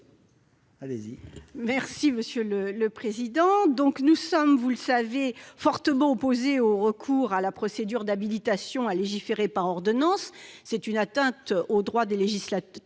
est à Mme Laurence Cohen. Nous sommes, vous le savez, fortement opposés au recours à la procédure d'habilitation à légiférer par ordonnances. C'est une atteinte aux droits du législateur